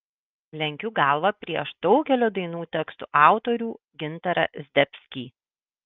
lenkiu galvą prieš daugelio dainų tekstų autorių gintarą zdebskį